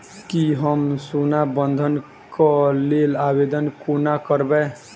की हम सोना बंधन कऽ लेल आवेदन कोना करबै?